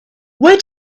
where